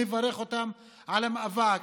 אני מברך אותן על המאבק,